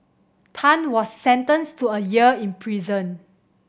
Tan was sentenced to a year in prison